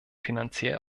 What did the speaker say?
finanziell